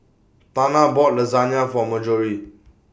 Tana bought Lasagne For Marjorie